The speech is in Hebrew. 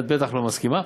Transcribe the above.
את בטח לא מסכימה.